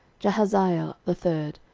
jahaziel the third,